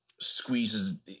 squeezes